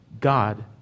God